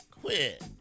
Quit